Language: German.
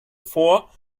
vor